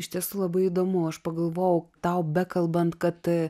iš tiesų labai įdomu aš pagalvojau tau bekalbant kad